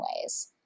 ways